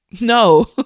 No